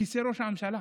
כיסא ראש הממשלה.